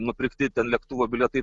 nupirkti ten lėktuvo bilietai